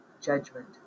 Judgment